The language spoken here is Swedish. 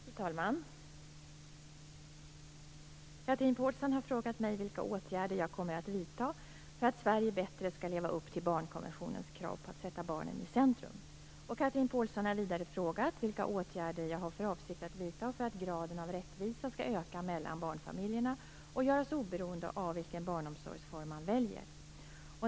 Fru talman! Chatrine Pålsson har frågat mig vilka åtgärder jag kommer att vidta för att Sverige bättre skall leva upp till barnkonventionens krav på att sätta barnen i centrum. Chatrine Pålsson har vidare frågat vilka åtgärder jag har för avsikt att vidta för att graden av rättvisa skall öka mellan barnfamiljerna och göras oberoende av vilken barnomsorgsform man väljer.